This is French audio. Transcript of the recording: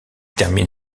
termine